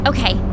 Okay